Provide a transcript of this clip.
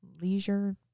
leisure